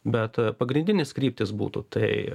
bet pagrindinės kryptys būtų tai